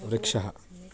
वृक्षः